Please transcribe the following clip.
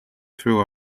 through